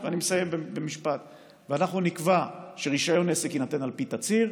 אני מסיים במשפט: אנחנו נקבע שרישיון עסק יינתן על פי תצהיר,